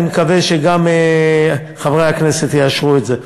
ואני מקווה שגם חברי הכנסת יאשרו את זה.